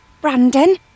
Brandon